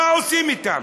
מה עושים אתם?